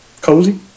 Cozy